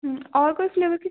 और कोई फ्लेवर की